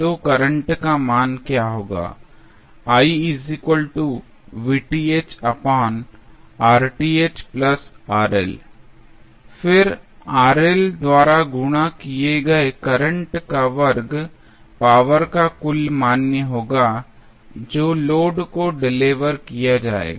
तो करंट का मान होगा फिर द्वारा गुणा किए गए करंट का वर्ग पावर का कुल मूल्य होगा जो लोड को डेलिवर किया जाएगा